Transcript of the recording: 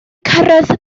cyrraedd